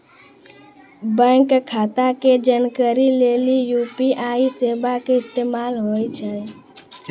bank खाता के जानकारी लेली यू.पी.आई सेबा के इस्तेमाल होय छै